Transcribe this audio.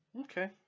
Okay